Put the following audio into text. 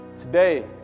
today